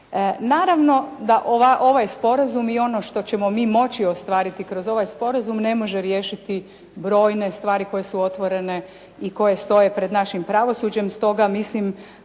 Naravno da ovaj sporazum i ono što ćemo mi moći ostvariti kroz ovaj sporazum ne može riješiti brojne stvari koje su otvorene i koje stoje pred našim pravosuđem. Stoga mislim